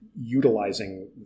utilizing